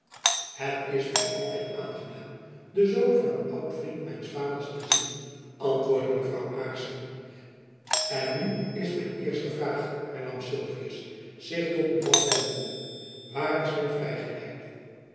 het is my altijd aangenaam den zoon van een oud vriend mijns vaders te zien antwoordde mevrouw aarssen en nu is mijn eerste vraag hernam sylvius zich tot buat wendende waar is mijn vrij geleide